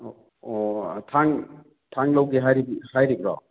ꯑꯣ ꯊꯥꯡ ꯊꯥꯡ ꯂꯧꯒꯦ ꯍꯥꯏꯔꯤꯕ꯭ꯔꯣ